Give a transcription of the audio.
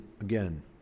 again